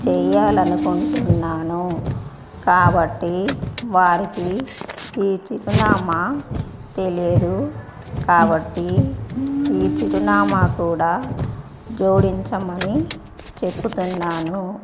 చేయాలనుకుంటున్నాను కాబట్టి వారికి ఈ చిరునామా తెలియదు కాబట్టి ఈ చిరునామా కూడా జోడించమని చెప్తున్నాను